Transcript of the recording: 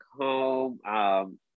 home